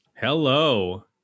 hello